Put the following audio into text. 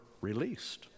released